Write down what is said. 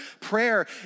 Prayer